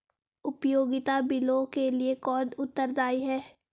उपयोगिता बिलों के लिए कौन उत्तरदायी है?